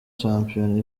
shampiyona